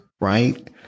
right